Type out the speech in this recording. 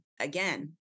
again